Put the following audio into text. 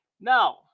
Now